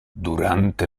durante